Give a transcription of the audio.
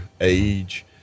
age